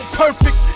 perfect